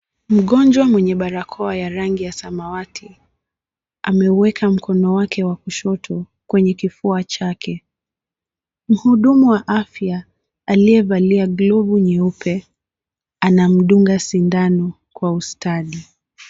Mgonjwa mwenye barakoa ya rangi ya samawati ameweka mkono wake wa kushoto kwenye kifua chake. Mhudumu wa afya aliyevalia glovu nyeupe anamdunga sindano kwa ustadi.